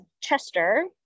Chester